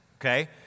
okay